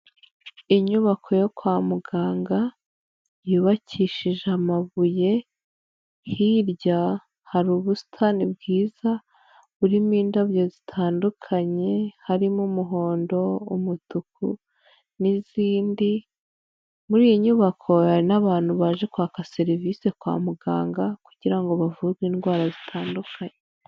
Inyubako yo kwa muganga yubakishije amabuye, hirya hari ubusitani bwiza, burimo indabyo zitandukanye, harimo umuhondo, umutuku, n'izindi, muri iyi nyubako hari n'abantu baje kwaka serivise kwa muganga, kugira ngo bavurwe indwara zitandukanye.